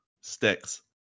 Sticks